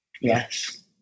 Yes